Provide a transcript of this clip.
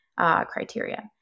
criteria